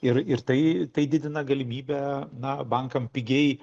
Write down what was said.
ir ir tai tai didina galimybę na bankam pigiai